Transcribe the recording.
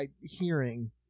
hearing